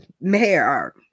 mayor